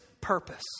purpose